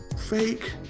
fake